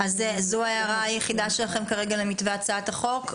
זו ההערה היחידה שלכם כרגע למתווה הצעת החוק?